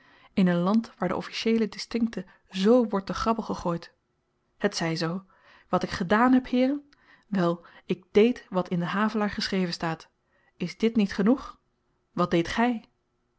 in een land waar de officieele distinkte z wordt te grabbel gegooid het zy zoo wat ik gedaan heb heeren wel ik dééd wat in den havelaar geschreven staat is dit niet genoeg wat deedt gy